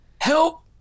Help